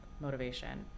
motivation